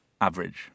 average